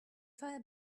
fire